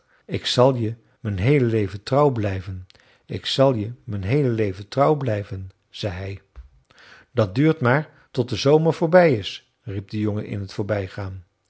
ik zal je mijn heele leven trouw blijven ik zal je mijn heele leven trouw blijven zei hij dat duurt maar tot de zomer voorbij is riep de jongen in t voorbijgaan